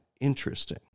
interesting